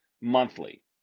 monthly